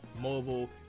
mobile